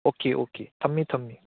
okay okay ꯊꯝꯃꯦ ꯊꯝꯃꯦ